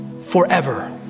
Forever